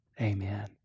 Amen